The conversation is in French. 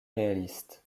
réalistes